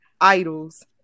idols